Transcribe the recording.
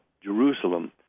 Jerusalem